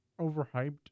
overhyped